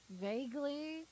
Vaguely